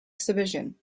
exhibition